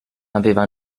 aveva